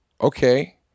okay